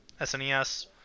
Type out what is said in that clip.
SNES